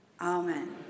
Amen